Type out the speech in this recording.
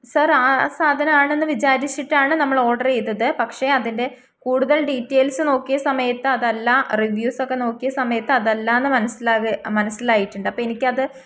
sir ആ സാധനമാണെന്ന് വിചാരിച്ചിട്ടാണ് നമ്മൾ ഓർഡർ ചെയ്തത് പക്ഷെ അതിൻ്റെ കൂടുതൽ ഡീറ്റെയിൽസ് നോക്കിയ സമയത്ത് അതല്ല റിവ്യൂസൊക്കെ നോക്കിയ സമയത്ത് അതല്ലയെന്ന് മനസ്സിലാവുകയും മനസ്സിലായിട്ടുണ്ട് അപ്പോൾ എനിക്കത്